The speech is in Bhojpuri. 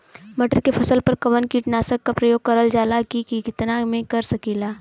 मटर के फसल पर कवन कीटनाशक क प्रयोग करल जाला और कितना में कर सकीला?